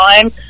time